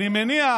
אני מניח